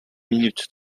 minutes